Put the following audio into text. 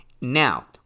Now